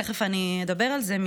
תכף אני אדבר על זה,